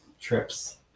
trips